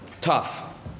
tough